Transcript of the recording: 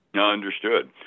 Understood